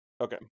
Okay